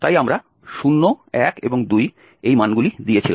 তাই আমরা 0 1 এবং 2 এই মানগুলি দিয়েছিলাম